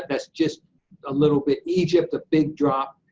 that's just a little bit egypt, the big drop,